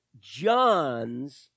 John's